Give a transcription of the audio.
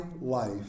life